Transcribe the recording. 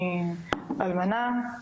אני אלמנה,